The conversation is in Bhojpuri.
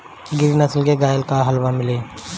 गिरी नस्ल के गाय कहवा मिले लि?